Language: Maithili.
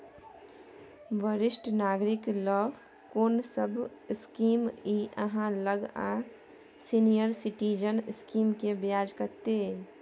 वरिष्ठ नागरिक ल कोन सब स्कीम इ आहाँ लग आ सीनियर सिटीजन स्कीम के ब्याज कत्ते इ?